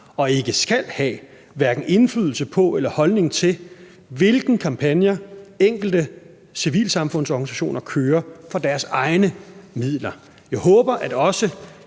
og ikke skal have hverken indflydelse på eller en holdning til, hvilke kampagner enkelte civilsamfundsorganisationer kører for deres egne midler. Jeg håber, at også